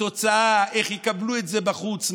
התוצאה איך יקבלו את זה בחוץ,